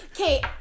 Okay